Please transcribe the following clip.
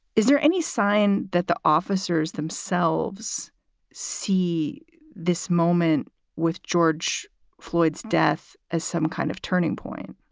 is there any sign that the officers themselves see this moment with george floyd's death as some kind of turning point